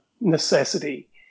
necessity